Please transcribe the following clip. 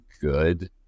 good